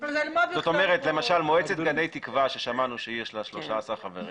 למשל מועצת גני תקווה ששמענו שיש לה 13 חברים